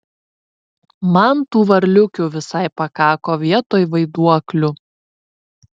man tų varliukių visai pakako vietoj vaiduoklių